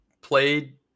played